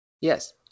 Yes